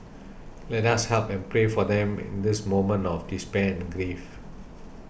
let us help and pray for them in this moment of despair and grief